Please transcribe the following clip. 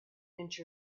inch